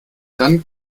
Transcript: dann